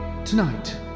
Tonight